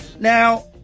Now